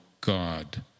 God